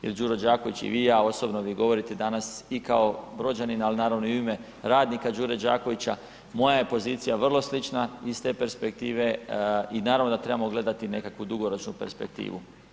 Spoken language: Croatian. Jer Đuro Đaković i vi i ja, osobno mi govorite danas i kao Brođanin ali naravno i u ime radnika Đure Đakovića, moja je pozicija vrlo slična iz te perspektive i naravno da trebamo gledati nekakvu dugoročnu perspektivu.